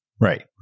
Right